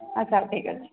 ଆଚ୍ଛା ହଉ ଠିକ୍ ଅଛି